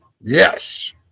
Yes